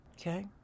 Okay